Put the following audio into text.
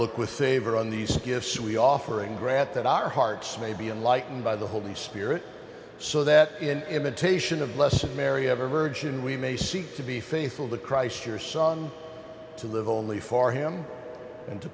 with favor on these gifts we offering grant that our hearts may be in lightened by the holy spirit so that in imitation of les and mary of a virgin we may seek to be faithful to christ your son to live only for him and to